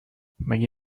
مگه